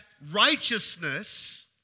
Righteousness